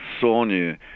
Sony